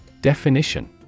Definition